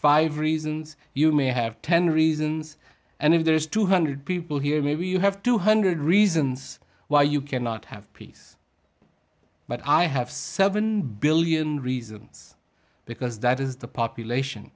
five reasons you may have ten reasons and if there is two hundred people here maybe you have two hundred reasons why you cannot have peace but i have seven billion reasons because that is the population